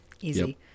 Easy